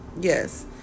yes